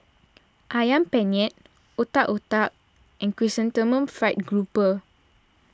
Ayam Penyet Otak Otak and Chrysanthemum Fried Grouper